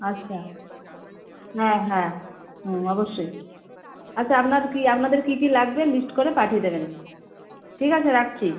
আচ্ছা হ্যাঁ হ্যাঁ হুম অবশ্যই আচ্ছা আপনার কী আপনাদের কী কী লাগবে লিস্ট করে পাঠিয়ে দেবেন ঠিক আছে রাখছি